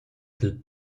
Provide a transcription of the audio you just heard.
dil